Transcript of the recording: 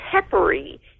Peppery